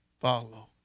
follow